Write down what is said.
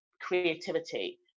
creativity